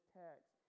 text